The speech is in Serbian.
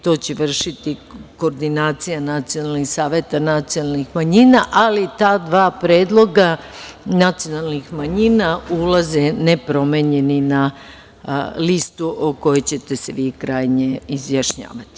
To će vršiti koordinacija nacionalnih saveta nacionalnih manjina, ali ta dva predloga nacionalnih manjina ulaze nepromenjeni na listu o kojoj ćete se vi krajnje izjašnjavati.